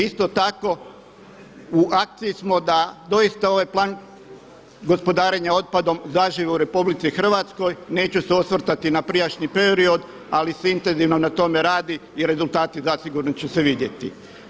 Isto tako u akciji smo da doista ovaj plan gospodarenja otpadom zaživi u RH, neću se osvrtati na prijašnji period ali se intenzivno na tome radi i rezultati zasigurno će se vidjeti.